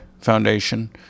Foundation